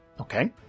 Okay